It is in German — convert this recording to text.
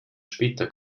später